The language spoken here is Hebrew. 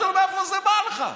אמרתי לו: מאיפה זה בא לך?